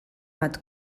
bat